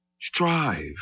strive